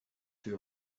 fut